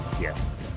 Yes